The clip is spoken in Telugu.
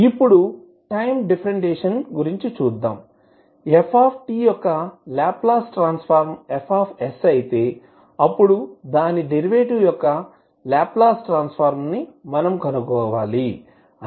ఇప్పుడు టైం డిఫరెంటియేషన్ గురించి చూద్దాం F యొక్క లాప్లాస్ ట్రాన్సఫర్మ్ f అయితే అప్పుడు దాని డెరివేటివ్ యొక్క లాప్లాస్ ట్రాన్సఫర్మ్ మనం కనుగొనాలి అనగా Ldfdt